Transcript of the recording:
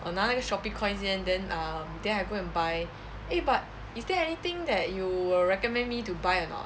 我拿那个 shopee coins 先 then err then I go and buy eh but is there anything that you will recommend me to buy or not